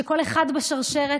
שכל אחד בשרשרת,